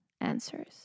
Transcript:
answers